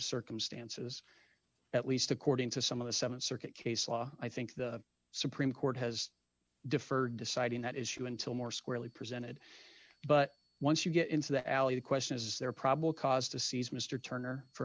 circumstances at least according to some of the th circuit case law i think the supreme court has deferred deciding that issue until more squarely presented but once you get into the alley the question is is there probably cause to seize mr turner for